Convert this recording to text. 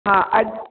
हा अॼु